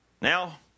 Now